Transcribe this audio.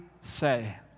say